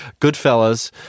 Goodfellas